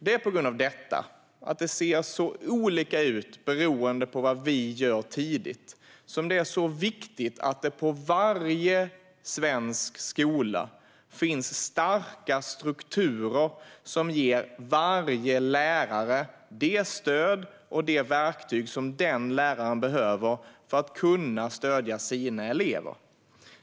Det är på grund av detta, att det ser så olika ut beroende på vad vi gör tidigt, som det är så viktigt att det på varje svensk skola finns starka strukturer som ger varje lärare det stöd och de verktyg som den läraren behöver för att kunna stödja sina elever.